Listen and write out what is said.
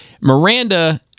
Miranda